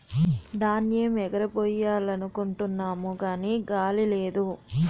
ధాన్యేమ్ ఎగరబొయ్యాలనుకుంటున్నాము గాని గాలి లేదు